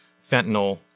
fentanyl